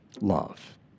love